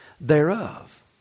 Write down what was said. thereof